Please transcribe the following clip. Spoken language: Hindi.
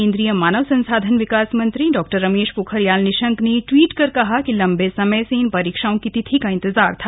केंद्रीय मानव संसाधन विकास मंत्री डॉ रमेश पोखरियाल निशंक ने ट्वीट कर कहा कि लंबे समय से इन परीक्षाओं की तिथि का इंतजार था